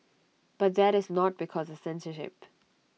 but that is not because of censorship